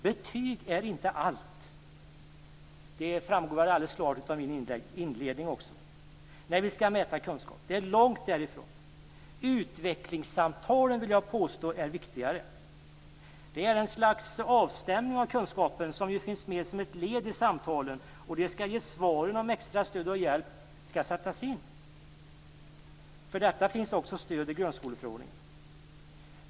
Betyg är inte allt när vi skall mäta kunskap, långt därifrån. Det framgick också alldeles klart av min inledning. Jag vill påstå att utvecklingssamtalen är viktigare. Ett slags avstämning av kunskapen finns med som ett led i samtalen och skall ge svar på om extra stöd och hjälp skall sättas in. För detta finns det också stöd i grundskoleförordningen.